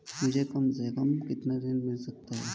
मुझे कम से कम कितना ऋण मिल सकता है?